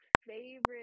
favorite